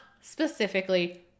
specifically